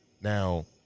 Now